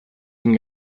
den